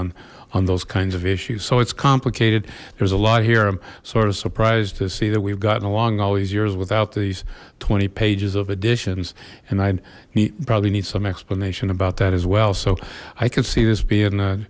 on on those kinds of issues so it's complicated there's a lot here i'm sort of surprised to see that we've gotten along all these years without these twenty pages of editions and i'd probably need some explanation about that as well so i could see this being a